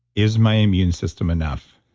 is my immune system enough?